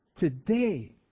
Today